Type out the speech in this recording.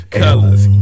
colors